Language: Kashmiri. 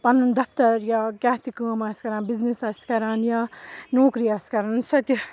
پَنُن دَفتَر یا کیٛاہ تہِ کٲم آسہِ کَران بِزنِس آسہِ کَران یا نوکری آسہِ کَران سُہ تہِ